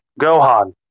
Gohan